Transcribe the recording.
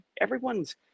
everyone's